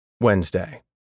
Wednesday